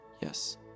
Yes